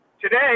today